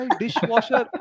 dishwasher